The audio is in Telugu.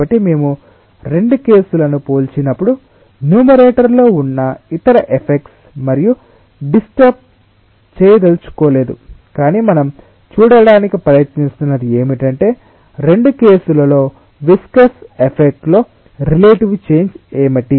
కాబట్టి మేము 2 కేసులను పోల్చినప్పుడు న్యూమరెటర్ లో ఉన్న ఇతర ఎఫెక్ట్స్ మనము డిస్టర్బ్ చేయదలచుకొలేదు కాని మనం చూడటానికి ప్రయత్నిస్తున్నది ఏమిటంటే 2 కేసులలో విస్కస్ ఎఫెక్ట్ లో రిలేటివ్ చేంజ్ ఏమిటి